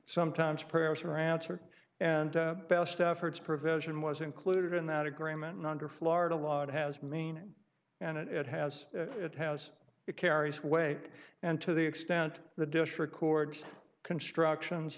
sometimes prayers were answered and best efforts provision was included in that agreement and under florida law it has meaning and it has it has it carries weight and to the extent the dish records constructions